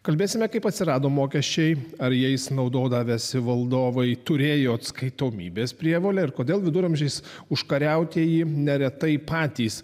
kalbėsime kaip atsirado mokesčiai ar jais naudodavęsi valdovai turėjo atskaitomybės prievolę ir kodėl viduramžiais užkariautieji neretai patys